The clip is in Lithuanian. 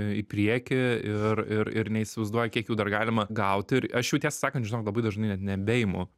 į priekį ir ir ir neįsivaizduoju kiek jų dar galima gauti ir aš jau tiesą sakant žinok labai dažnai net nebeimu